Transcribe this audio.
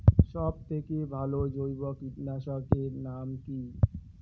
সব থেকে ভালো জৈব কীটনাশক এর নাম কি?